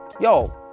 yo